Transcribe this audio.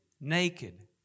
naked